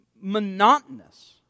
monotonous